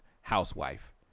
Housewife